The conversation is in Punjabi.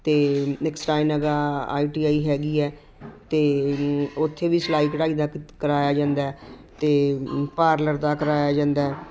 ਅਤੇ ਨੈਕਸਟਟਾਈਨ ਹੈਗਾ ਆਈ ਟੀ ਆਈ ਹੈਗੀ ਹੈ ਅਤੇ ਉੱਥੇ ਵੀ ਸਿਲਾਈ ਕਢਾਈ ਦਾ ਕਰਵਾਇਆ ਜਾਂਦਾ ਅਤੇ ਪਾਰਲਰ ਦਾ ਕਰਵਾਇਆ ਜਾਂਦਾ